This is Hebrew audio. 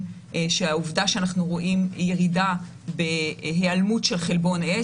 שהעובדה שאנחנו רואים ירידה בהיעלמות של חלבון S